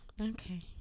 Okay